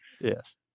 Yes